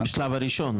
בשלב הראשון,